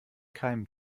keimen